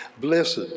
Blessed